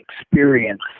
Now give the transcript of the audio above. experience